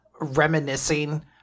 reminiscing